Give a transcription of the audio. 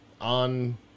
on